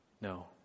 No